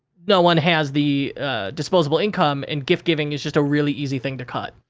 no one has the disposable income and gift-giving is just a really easy thing to cut.